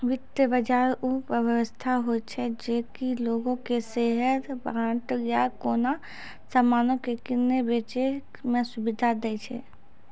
वित्त बजार उ व्यवस्था होय छै जे कि लोगो के शेयर, बांड या कोनो समानो के किनै बेचै मे सुविधा दै छै